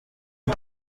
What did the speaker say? این